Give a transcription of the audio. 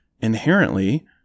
inherently